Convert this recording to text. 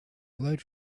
glowed